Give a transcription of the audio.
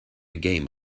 game